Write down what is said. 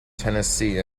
tennessee